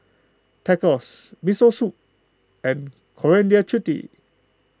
Tacos Miso Soup and Coriander Chutney